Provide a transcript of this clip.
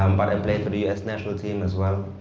um but i played for the us national team as well,